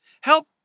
help